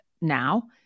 now